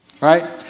right